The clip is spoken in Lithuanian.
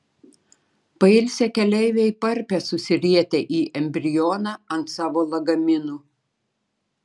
pailsę keleiviai parpia susirietę į embrioną ant savo lagaminų